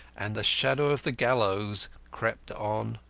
and the shadow of the gallows crept on.